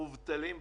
מובטלים,